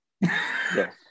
Yes